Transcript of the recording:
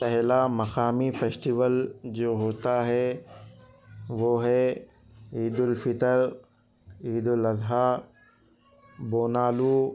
پہلا مقامی فیسٹیول جو ہوتا ہے وہ ہے عید الفطر عید الاضحیٰ بونالو